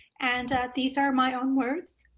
and these are my own words.